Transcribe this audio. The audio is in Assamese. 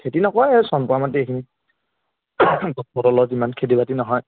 খেতি নকৰে চনপৰা মাটি এইখিনি ফচলৰ সিমান খেতি বাতি নহয়